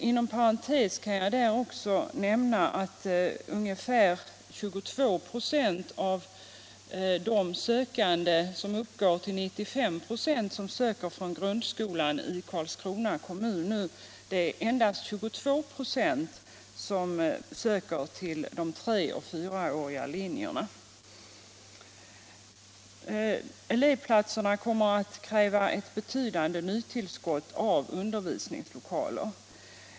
Inom parentes kan jag nämna att av de 95 96 ungdomar som söker till gymnasiets studievägar endast 22 96 vill komma in på de treoch fyraåriga linjerna. För elevplatserna till yrkesinriktade linjer kommer därför att krävas ett betydande nytillskott av undervisningslokaler.